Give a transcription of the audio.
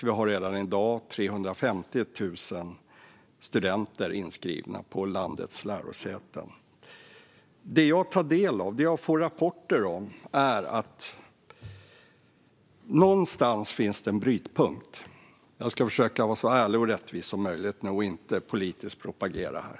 Vi har redan i dag 350 000 studenter inskrivna på landets lärosäten. Det jag tar del av, det jag får rapporter om, är att någonstans finns det en brytpunkt. Jag ska försöka vara så ärlig och rättvis som möjligt och inte propagera politiskt här.